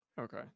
Okay